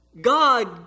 God